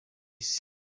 isi